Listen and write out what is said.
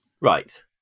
Right